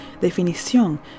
definición